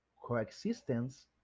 coexistence